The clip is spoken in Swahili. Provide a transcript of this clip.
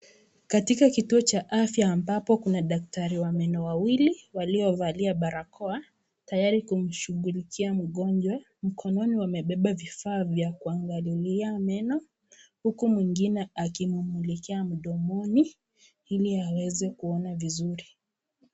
Katika kituo cha afya ambapo kuna daktari wa meno wawili waliovalia barakoa tayari kumshughulikia mgonjwa. Mkononi wamebeba vifaa vya kuangalilia meno huku mwingine akimumulikia mdomoni ili aweze kuona vizuri.